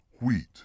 wheat